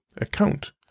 account